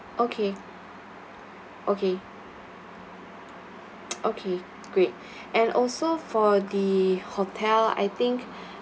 okay okay okay great and also for the hotel I think